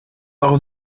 eure